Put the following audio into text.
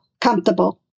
comfortable